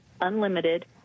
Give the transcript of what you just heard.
Unlimited